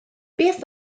beth